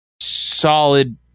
solid